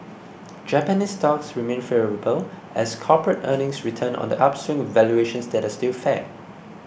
Japanese stocks remain favourable as corporate earnings return on the upswing with valuations that are still fair